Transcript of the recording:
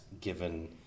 given